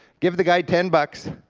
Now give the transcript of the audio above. give the guy ten bucks,